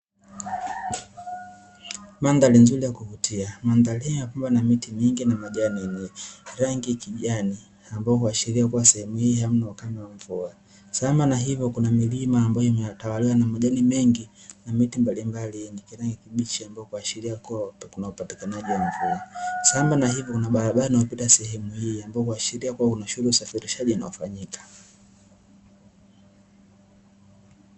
Mandhari nzuri ya kuvutia, mandhari hii imepambwa na miti mingi na majani yenye rangi ya kijani ambayo huashiria kuwa sehemu hii hamna ukame wa mvua, sambamba na hivyo kuna milima ambayo imetawaliwa na majani mengi na miti mbalimbali yenye kijani kibichi ambayo kuashiria kuwa kuna upatikanaji wa mvua, sambamba na hivyo kuna barabara inayopita sehemu hii ambayo huashiria kuwa kuna shughuli ya usafirishaji inayofanyika.